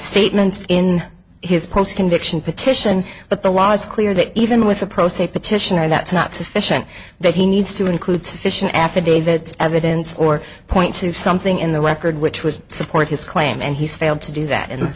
statement in his post conviction petition but the law is clear that even with a pro se petitioner that's not sufficient that he needs to include sufficient affidavit evidence or point to something in the record which was support his claim and he's failed to do that and